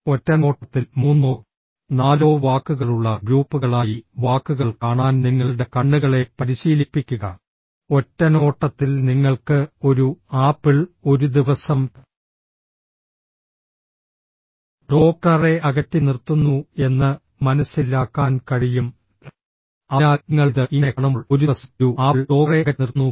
ഒറ്റനോട്ടത്തിൽ മൂന്നോ നാലോ വാക്കുകളുള്ള ഗ്രൂപ്പുകളായി വാക്കുകൾ കാണാൻ നിങ്ങളുടെ കണ്ണുകളെ പരിശീലിപ്പിക്കുക ഒറ്റനോട്ടത്തിൽ നിങ്ങൾക്ക് ഒരു ആപ്പിൾ ഒരു ദിവസം ഡോക്ടറെ അകറ്റി നിർത്തുന്നു എന്ന് മനസ്സില്ലാക്കാൻ കഴിയും അതിനാൽ നിങ്ങൾ ഇത് ഇങ്ങനെ കാണുമ്പോൾ ഒരു ദിവസം ഒരു ആപ്പിൾ ഡോക്ടറെ അകറ്റി നിർത്തുന്നു